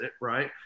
right